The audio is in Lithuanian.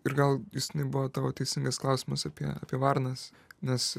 ir gal jis nebuvo tavo teisingas klausimas apie apie varnas nes